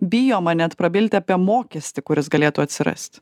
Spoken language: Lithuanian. bijoma net prabilti apie mokestį kuris galėtų atsirast